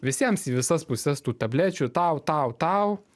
visiems į visas puses tų tablečių tau tau tau